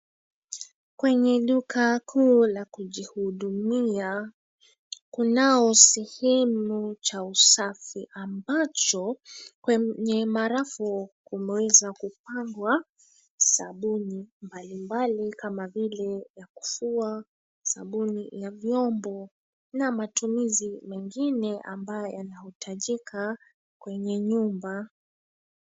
Kwenye duka kuu la kujihudumia, kunao sehemu cha usafi ambacho kwenye marafu kumeweza kupangwa sabuni mbali mbali kama vile ya kufua, sabuni ya vyombo na matumizi mengine ambayo yanahitajika kwenye nyumba.